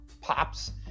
pops